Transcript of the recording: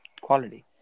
quality